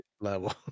level